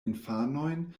infanojn